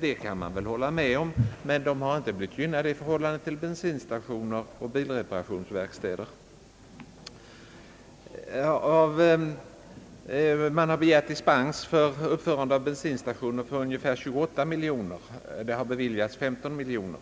Det kan man hålla med om, men de har inte blivit gynnade i förhållande till bensinstationer och bilreparationsverkstäder. Det har begärts dispens för uppförande av bensinstationer till ett belopp av ungefär 28 miljoner kronor, och det har beviljats 15 miljoner